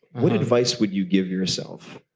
what advice would you give yourself?